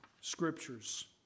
scriptures